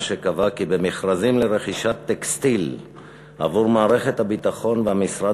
שקבעה כי במכרזים לרכישת טקסטיל עבור מערכת הביטחון והמשרד